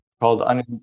Called